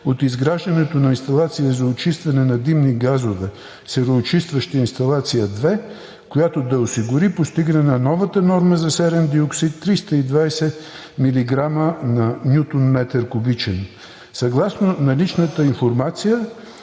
от изграждането на инсталация за очистване на димни газове, „Сероочистваща инсталация 2“, която да осигури постигане на новата норма за серен диоксит 320 милиграма на Нютон-метър кубичен. Съгласно наличната информация